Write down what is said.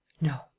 no.